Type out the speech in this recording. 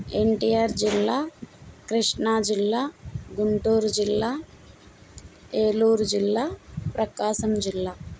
ఎన్టీఆర్ జిల్లా కృష్ణా జిల్లా గుంటూరు జిల్లా ఏలూరు జిల్లా ప్రకాశం జిల్లా